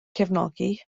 cefnogi